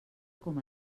com